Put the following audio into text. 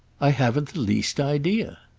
i haven't the least idea!